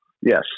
Yes